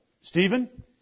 Stephen